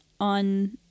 on